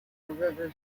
river